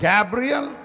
Gabriel